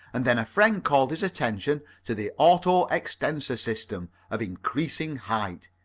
and then a friend called his attention to the auto-extensor system of increasing height.